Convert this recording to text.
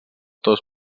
dos